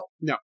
no